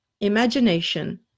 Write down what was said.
imagination